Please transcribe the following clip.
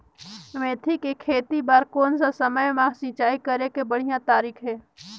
मेथी के खेती बार कोन सा समय मां सिंचाई करे के बढ़िया तारीक हे?